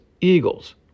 Eagles